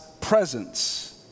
presence